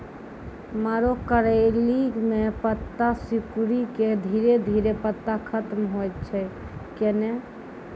मरो करैली म पत्ता सिकुड़ी के धीरे धीरे पत्ता खत्म होय छै कैनै?